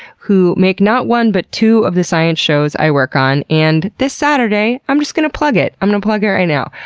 who make not one but two of the science shows i work on. and this saturday, i'm just gonna plug it. i'm gonna plug it right now.